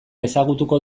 ezagutuko